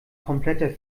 kompletter